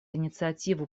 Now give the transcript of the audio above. инициативу